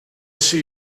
see